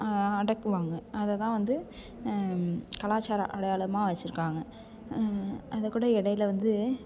அடக்குவாங்க அதை தான் வந்து கலாச்சாரம் அடையாளமாக வச்சிருக்காங்க அது கூட இடையில வந்து